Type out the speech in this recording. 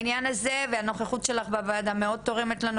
בעניין הזה והנוכחות שלך בוועדה מאוד תורמת לנו